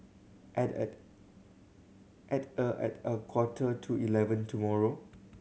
at a at a at a quarter to eleven tomorrow